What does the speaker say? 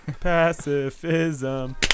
Pacifism